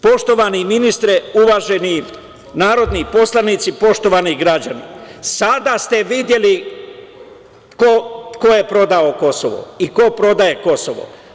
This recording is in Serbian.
Poštovani ministre, uvaženi narodni poslanici, poštovani građani, sada ste videli ko je prodao Kosovo i ko prodaje Kosovo.